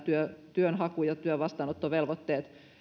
työnhaku ja työn vastaanottovelvoitteet